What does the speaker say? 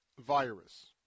virus